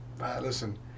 Listen